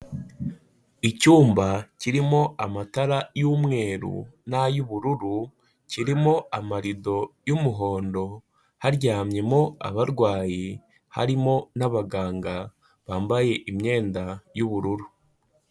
Icyumba kirimo amatara y'umweru n'ay'ubururu, kirimo amarido y'umuhondo, haryamyemo abarwayi, harimo n'abaganga bambaye imyenda y'ubururu.